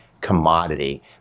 commodity